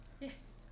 Yes